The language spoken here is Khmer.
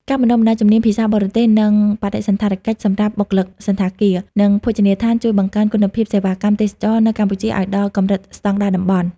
ការបណ្ដុះបណ្ដាលជំនាញភាសាបរទេស និងបដិសណ្ឋារកិច្ចសម្រាប់បុគ្គលិកសណ្ឋាគារ និងភោជនីយដ្ឋាន ជួយបង្កើនគុណភាពសេវាកម្មទេសចរណ៍នៅកម្ពុជាឱ្យដល់កម្រិតស្ដង់ដារតំបន់។